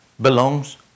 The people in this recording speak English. belongs